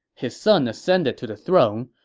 his son ascended to the throne,